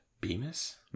Bemis